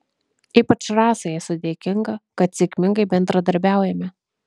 ypač rasai esu dėkinga kad sėkmingai bendradarbiaujame